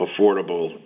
affordable